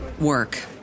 work